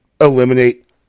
eliminate